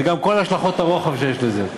זה גם כל השלכות הרוחב שיש לזה,